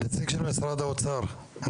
משרד האוצר,